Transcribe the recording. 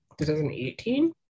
2018